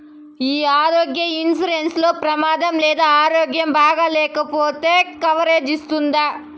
ఈ ఆరోగ్య ఇన్సూరెన్సు లో ప్రమాదం లేదా ఆరోగ్యం బాగాలేకపొతే కవరేజ్ ఇస్తుందా?